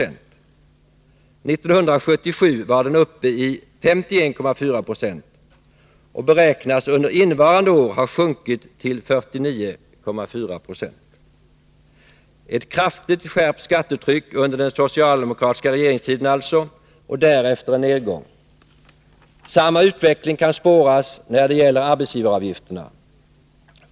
1977 var den uppe i 51,4 96 och beräknas under innevarande år ha sjunkit till 49,4 90. Ett kraftigt skärpt skattetryck under den socialdemokratiska regeringstiden alltså och därefter en nergång. Samma utveckling kan spåras när det gäller arbetsgivaravgifterna.